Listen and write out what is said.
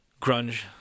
Grunge